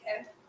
Okay